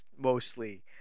mostly